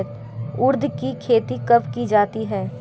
उड़द की खेती कब की जाती है?